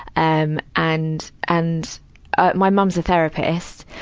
um and, and my mum's a therapist.